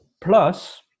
plus